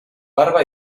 barba